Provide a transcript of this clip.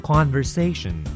Conversation